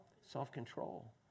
self-control